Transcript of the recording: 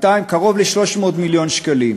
קרוב ל-300 מיליון שקלים.